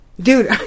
Dude